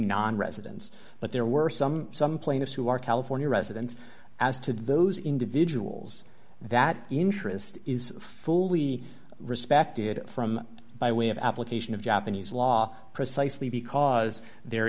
nonresidents but there were some some plaintiffs who are california residents as to those individuals that the interest is fully respected from by way of application of japanese law precisely because there